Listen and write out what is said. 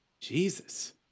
Jesus